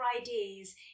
ideas